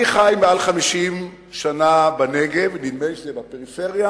אני חי מעל 50 שנה בנגב, נדמה לי שזה בפריפריה.